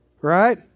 Right